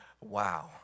Wow